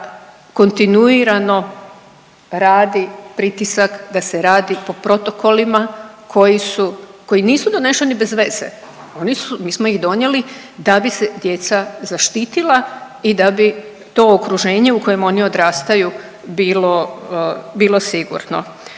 da kontinuirano radi pritisak da se radi po protokolima koji su, koji nisu doneseni bez veze, oni su, mi smo ih donijeli da bi se djeca zaštitila i da bi to okruženje u kojem oni odrastaju bilo, bilo sigurno.